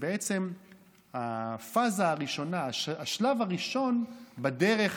הפאזה הראשונה, השלב הראשון בדרך